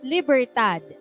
Libertad